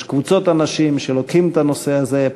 יש קבוצת אנשים שלוקחים את הנושא הזה,